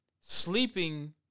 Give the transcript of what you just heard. sleeping